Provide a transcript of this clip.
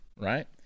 right